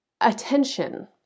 attention